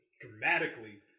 dramatically